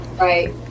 Right